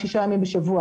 שישה ימים בשבוע,